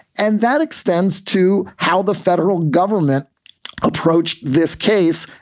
and that extends to how the federal government approached this case,